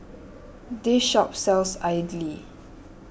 this shop sells idly